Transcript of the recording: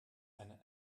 eine